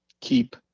keep